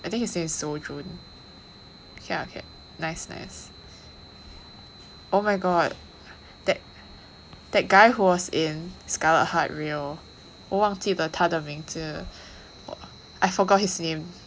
I think his name is yeah can nice nice oh my god that that guy who was in scarlet heart 我忘记了他的名字 oh I forgot his name